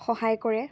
সহায় কৰে